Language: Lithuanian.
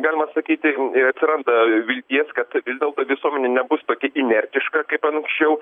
galima sakyti atsiranda vilties kad vis dėlto visuomenė nebus tokia inertiška kaip anksčiau